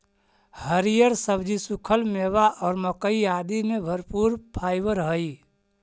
हरिअर सब्जि, सूखल मेवा और मक्कइ आदि में भरपूर फाइवर हई